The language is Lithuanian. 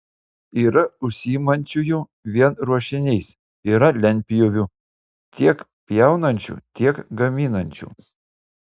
yra užsiimančiųjų vien ruošiniais yra lentpjūvių tiek pjaunančių tiek gaminančių